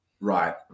right